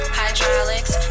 hydraulics